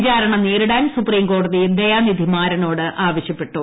വിചാരണ നേരിടാൻ സൂപ്രിംകോടതി ദയാനിധി മാരനോട് ആവശ്യപ്പെട്ടു